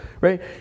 right